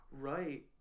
right